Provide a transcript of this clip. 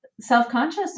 self-conscious